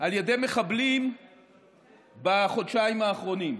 על ידי מחבלים בחודשיים האחרונים: